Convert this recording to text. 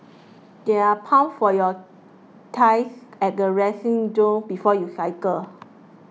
there are pumps for your tyres at the resting zone before you cycle